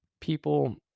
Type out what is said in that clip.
People